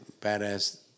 Badass